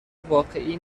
واقعی